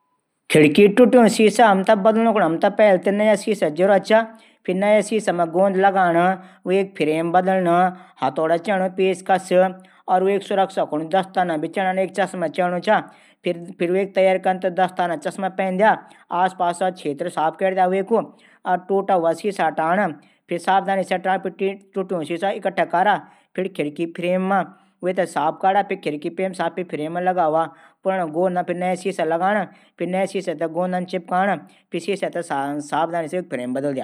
खिडकी टुट्यं सीसा बदलणू की हमथै। नया सीसा जरूरत चा। फिर नयू सीसा पर गोंद लगाण। फ्रेम बदलण। हथोडा पेचकस। वेकू सुरक्षाकुन दस्तना भी चैणा। फिर लगाण मा दस्तना चश्मा पहन द्या। आस पास जगह साफ कैद्या। ये तरीका से सीसा बदल द्या।